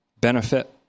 benefit